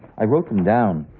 i wrote them down